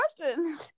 question